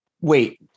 Wait